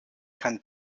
kein